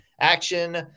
action